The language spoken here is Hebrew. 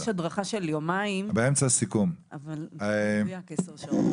יש הדרכה של יומיים, עשר שעות